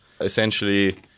essentially